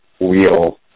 wheel